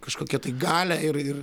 kažkokią tai galią ir ir